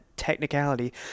Technicality